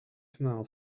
canal